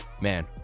man